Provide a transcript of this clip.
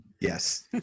yes